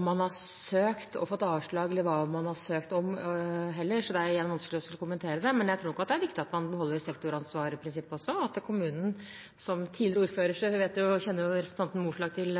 man har søkt og fått avslag, eller hva man har søkt om, så det er igjen vanskelig å skulle kommentere det. Men jeg tror nok det er viktig at man beholder sektoransvarsprinsippet. Som tidligere ordfører kjenner jo representanten Moflag til